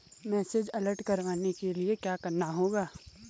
Message alert करवाने के लिए क्या करना होगा?